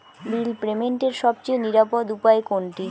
বিল পেমেন্টের সবচেয়ে নিরাপদ উপায় কোনটি?